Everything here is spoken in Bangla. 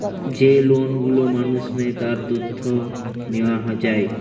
যেই লোন গুলো মানুষ নেয়, তার তথ্য নেওয়া যায়